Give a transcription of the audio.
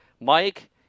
Mike